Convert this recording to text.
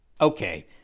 Okay